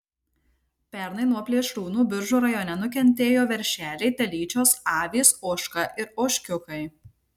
pernai nuo plėšrūnų biržų rajone nukentėjo veršeliai telyčios avys ožka ir ožkiukai